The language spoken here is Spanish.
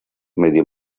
medio